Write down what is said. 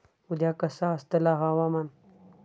उद्या कसा आसतला हवामान?